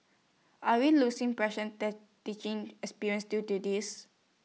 are we losing precious teaching experience due to this